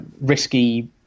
risky